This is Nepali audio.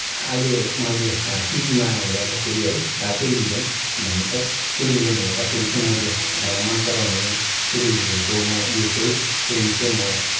अहिले मैले टिभीमा हेर्दाखेरि टेलिभिजन भनिन्छ टेलिभिजन हेर्दाखेरि चाहिँ मैले एउटा मन पराउने टेलिभिजनको म उयो चाहिँ प्रेमी चाहिँ म